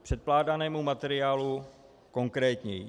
K předkládanému materiálu konkrétněji.